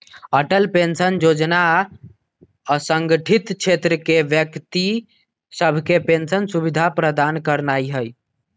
Atal pension जोजना असंगठित क्षेत्र के व्यक्ति सभके पेंशन सुविधा प्रदान करनाइ हइ